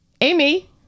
Amy